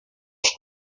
els